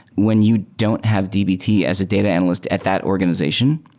when you don't have dbt as a data analyst at that organization,